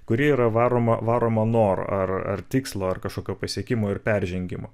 kuri yra varoma varoma noro ar ar tikslo ar kažkokio pasiekimo ir peržengimo